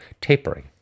tapering